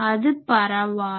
அது பரவாது